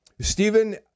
Stephen